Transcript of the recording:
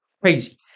Crazy